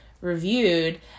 reviewed